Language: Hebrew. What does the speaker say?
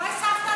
סיפורי סבתא על,